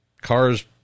Cars